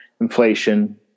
inflation